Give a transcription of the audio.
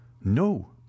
no